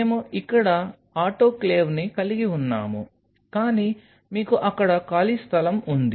మేము ఇక్కడ ఆటోక్లేవ్ని కలిగి ఉన్నాము కానీ మీకు అక్కడ ఖాళీ స్థలం ఉంది